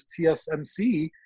TSMC